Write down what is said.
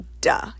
duh